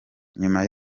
nyuma